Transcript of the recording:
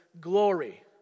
glory